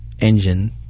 engine